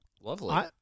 lovely